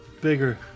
bigger